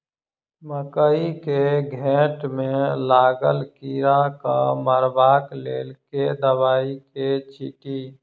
मकई केँ घेँट मे लागल कीड़ा केँ मारबाक लेल केँ दवाई केँ छीटि?